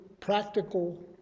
practical